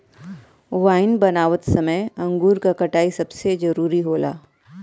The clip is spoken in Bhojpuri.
वाइन बनावत समय अंगूर क कटाई सबसे जरूरी होला